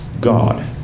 God